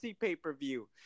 pay-per-view